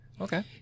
Okay